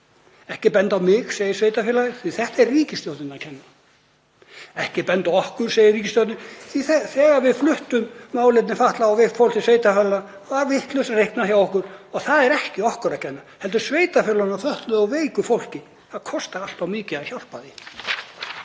Ekki benda á mig, segir sveitarfélagið, því að þetta er ríkisstjórninni að kenna. Ekki benda á okkur, segir ríkisstjórnin, því að þegar við fluttum málefni fatlaðs fólks til sveitarfélaganna var vitlaust reiknað hjá okkur og það er ekki okkur að kenna heldur sveitarfélögunum og fötluðu og veiku fólki. Það kostar allt of mikið að hjálpa því.